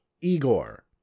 Igor